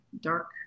dark